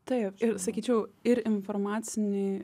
taip ir sakyčiau ir informacinį